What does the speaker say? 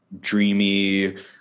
dreamy